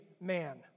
man